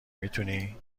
میتونی